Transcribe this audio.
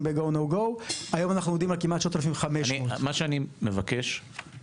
ב-GO /NO GO. היום אנחנו עומדים על כמעט 3,500. אני מבקש ריכוז